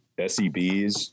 SEBs